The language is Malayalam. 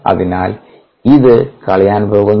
അതിനാൽ ഇത് കളയാൻ പോകുന്നു